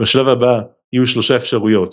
בשלב הבא, יהיו שלוש אפשרויות